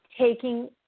taking